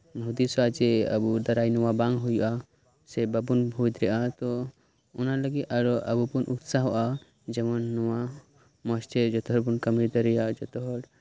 ᱦᱩᱫᱤᱥᱟ ᱡᱮ ᱟᱵᱚ ᱫᱟᱨᱟᱭ ᱱᱚᱣᱟ ᱵᱟᱝ ᱦᱩᱭᱩᱜᱼᱟ ᱥᱮ ᱵᱟᱵᱚᱱ ᱦᱩᱭ ᱫᱟᱲᱮᱭᱟᱜᱼᱟ ᱛᱳ ᱚᱱᱟ ᱞᱟᱹᱜᱤᱫ ᱟᱵᱚ ᱵᱚᱱ ᱩᱛᱥᱟᱦᱚᱼᱟ ᱡᱮᱢᱚᱱ ᱱᱚᱣᱟ ᱢᱚᱸᱡᱛᱮ ᱡᱚᱛ ᱦᱚᱲ ᱵᱚᱱ ᱠᱟᱹᱢᱤ ᱫᱟᱲᱮᱭᱟᱜ ᱡᱚᱛᱚᱦᱚᱲ